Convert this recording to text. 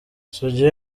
sugira